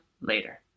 later